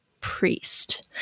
priest